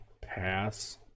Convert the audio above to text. pass